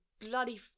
bloody